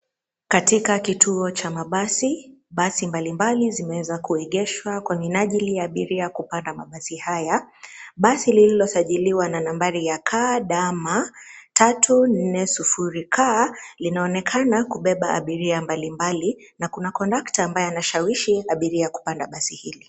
Katika kituo cha mabasi, basi mbalimbali zimeweza kuegeshwa kwa minaajili ya abiria kupanda mabasi haya. Basi lililosajiliwa na nambari ya KDM 340K linaonekana kubeba abiria mbalimbali na kuna conductor ambaye anashawishi abiria kupanda basi hili.